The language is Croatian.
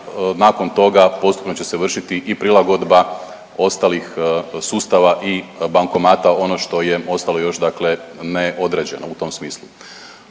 Nakon toga postupno će se vršiti i prilagodba ostalih sustava i bankomata ono što je ostalo još dakle neodrađeno u tom smislu.